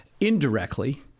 indirectly